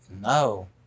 no